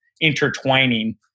intertwining